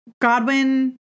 Godwin